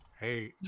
Hey